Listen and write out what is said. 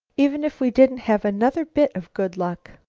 even if we didn't have another bit of good luck.